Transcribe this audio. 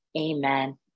amen